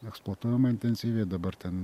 eksponuojama intensyviai dabar ten